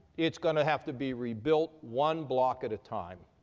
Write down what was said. it's going to have to be rebuilt one block at a time.